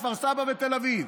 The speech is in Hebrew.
כפר סבא ותל אביב.